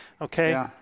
Okay